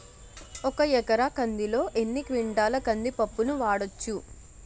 ఒక ఎకర కందిలో ఎన్ని క్వింటాల కంది పప్పును వాడచ్చు?